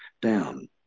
down